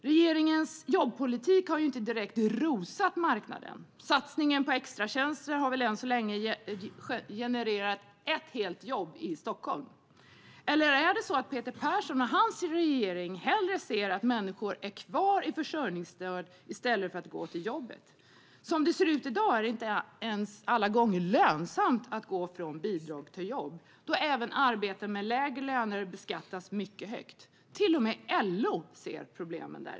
Regeringens jobbpolitik har ju inte direkt rosat marknaden. Satsningen på extratjänster har väl än så länge genererat ett helt jobb i Stockholm. Eller är det så att Peter Persson och hans regering hellre ser att människor är kvar i försörjningsstöd i stället för att gå till jobbet? Som det ser ut i dag är det inte alla gånger ens lönsamt att gå från bidrag till jobb eftersom även arbeten med lägre löner beskattas mycket högt. Till och med LO ser problemen.